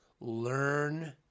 learn